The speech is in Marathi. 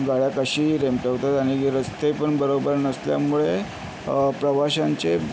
गाड्या कशीही रेमटवतात आणि जे रस्ते पण बरोबर नसल्यामुळे प्रवाशांचे